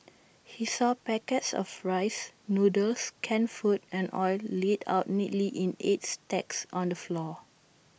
he saw packets of rice noodles canned food and oil laid out neatly in eight stacks on the floor